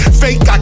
fake